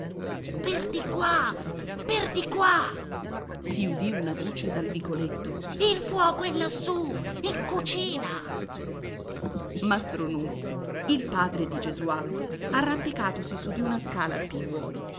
per di qua per di qua si udì una voce dal vicoletto il fuoco è lassù in cucina mastro nunzio il padre di gesualdo arrampicatosi su di una scala a piuoli